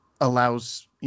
allows